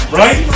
right